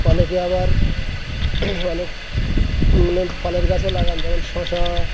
অনেকে আবার অনেক মানে ফলের গাছও লাগান যেমন শশা